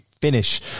finish